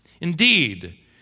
Indeed